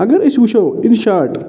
اگر أسۍ وٕچھَو اِن شاٹ